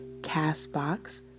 Castbox